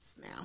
Now